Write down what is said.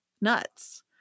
nuts